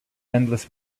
endless